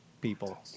people